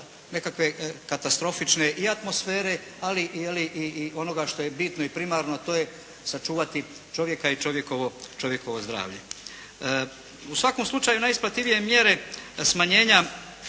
nekakve katastrofične i atmosfere ali i onoga što je bitno i primarno, a to je sačuvati čovjeka i čovjekovo zdravlje. U svakom slučaju najisplativije mjere smanjenja